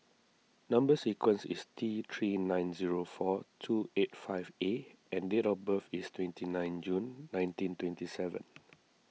Number Sequence is T three nine zero four two eight five A and date of birth is twenty nine June nineteen twenty seven